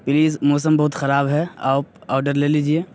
please موسم بہت خراب ہے آپ آرڈر لے لیجیے